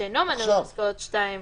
שאינו מנוי בפסקאות (2)